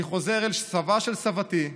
אני חוזר אל סבה של סבתי,